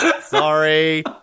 Sorry